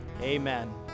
amen